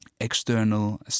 external